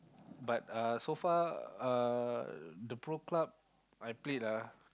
but uh so far uh the Pro Club I played ah